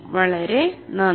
വളരെ നന്ദി